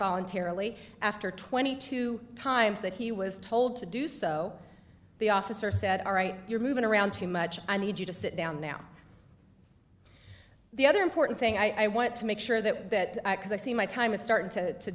voluntarily after twenty two times that he was told to do so the officer said all right you're moving around too much i need you to sit down now the other important thing i want to make sure that i see my time is starting to